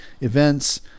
events